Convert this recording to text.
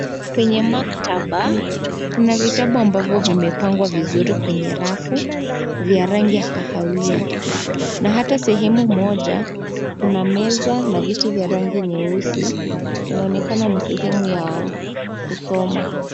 Kwenye maktaba, kuna vitabu ambavyo vimepangwa vizuri kwenye rafu, vya rangi ya kahawia. Na hata sehemu moja, kuna meza na viti vya rangi nyeusi. Inaonekana ni sehemu ya kusoma.